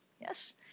yes